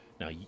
Now